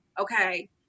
okay